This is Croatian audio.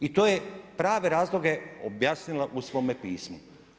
I to je prave razloge objasnila u svome pismu.